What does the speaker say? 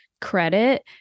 credit